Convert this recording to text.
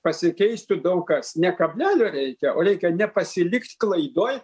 pasikeistų daug kas ne kablelio reikia o reikia nepasilikt klaidoj